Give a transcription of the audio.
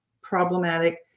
problematic